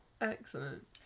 excellent